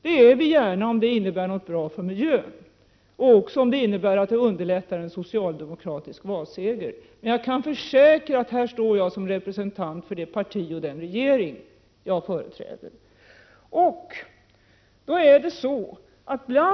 Det är vi gärna, om det innebär något bra för miljön och också om det underlättar en socialdemokratisk valseger. Men jag kan försäkra att här står jag som representant för det parti och den regering som jag företräder.